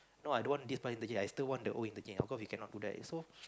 now I don't want this bus interchange I still want the old interchange of course we cannot do that so